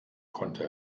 konnte